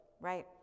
right